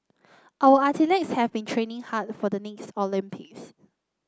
our athletes have been training hard for the next Olympics